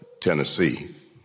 Tennessee